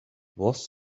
was